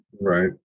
Right